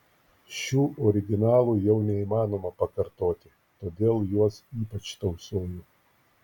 šių originalų jau neįmanoma pakartoti todėl juos ypač tausoju